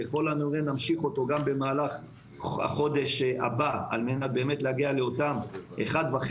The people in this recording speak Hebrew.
ככל הנראה נמשיך אותו גם במהלך החודש הבא על מנת להגיע לאותם 1.5